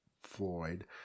Floyd